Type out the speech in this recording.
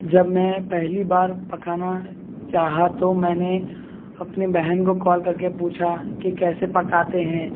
جب میں پہلی بار پکانا چاہا تو میں نے اپنی بہن کو کال کر کے پوچھا کہ کیسے پکاتے ہیں